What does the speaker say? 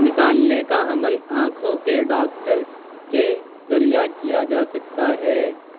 نکالنے کا عمل آنکھوں کے ڈاکٹرز کے ذریعہ کیا جا سکتا ہے